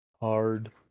hard